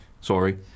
sorry